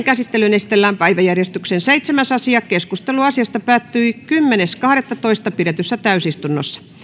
käsittelyyn esitellään päiväjärjestyksen seitsemäs asia keskustelu asiasta päättyi kymmenes kahdettatoista kaksituhattakahdeksantoista pidetyssä täysistunnossa